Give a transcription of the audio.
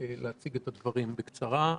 להציג את הדברים בקצרה.